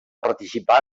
participar